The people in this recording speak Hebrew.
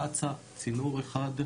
קצא"א צינור אחד,